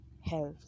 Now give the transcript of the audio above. health